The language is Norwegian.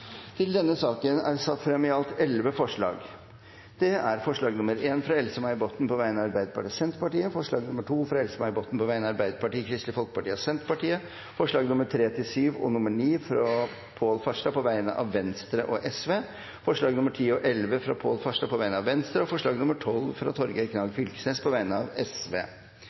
til innstillingen. Under debatten er det satt frem i alt elleve forslag. Det er forslag nr. 1, fra Else-May Botten på vegne av Arbeiderpartiet og Senterpartiet forslag nr. 2, fra Else-May Botten på vegne av Arbeiderpartiet, Kristelig Folkeparti og Senterpartiet forslagene nr. 3–7 og nr. 9, fra Pål Farstad på vegne av Venstre og Sosialistisk Venstreparti forslagene nr. 10 og 11, fra Pål Farstad på vegne av Venstre forslag nr. 12, fra Torgeir Knag Fylkesnes på vegne av